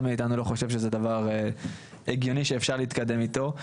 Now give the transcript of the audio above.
מאיתנו לא חושב שזה דבר הגיוני שאפשר להתקדם איתו.